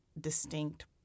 distinct